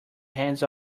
hands